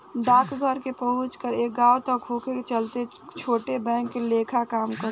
डाकघर के पहुंच हर एक गांव तक होखे के चलते ई छोट बैंक लेखा काम करेला